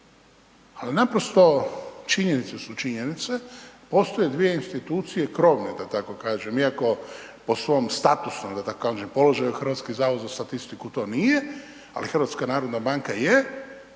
ali naprosto činjenice su činjenice, postoje dvije institucije, krovne, da tako kažem, iako po svom statusu, da tako kažem, položaju, HZS to nije, ali HNB je, koja je